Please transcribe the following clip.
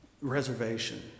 Reservation